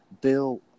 Bill